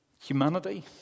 Humanity